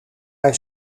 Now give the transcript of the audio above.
hij